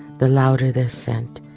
the louder the scent.